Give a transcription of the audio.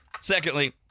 Secondly